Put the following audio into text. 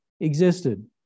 existed